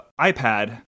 iPad